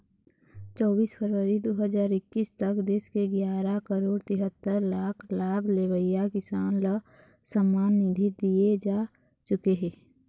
चोबीस फरवरी दू हजार एक्कीस तक देश के गियारा करोड़ तिहत्तर लाख लाभ लेवइया किसान ल सम्मान निधि दिए जा चुके हे